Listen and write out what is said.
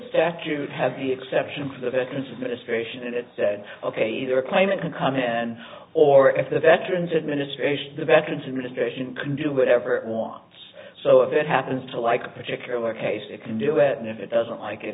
have the exception for the veterans administration and it said ok either claimant can come in or at the veterans administration the veterans administration can do whatever it wants so if it happens to like a particular case it can do it and if it doesn't like it